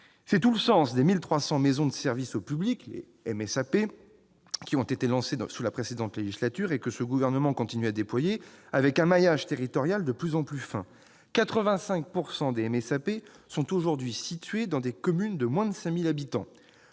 Tel est le sens des 1 300 maisons de services au public, les MSAP, qui ont été lancées sous la précédente législature et que le Gouvernement continue à déployer, avec un maillage territorial de plus en plus fin- 85 % des MSAP sont aujourd'hui situées dans des communes de moins de 5 000 habitants.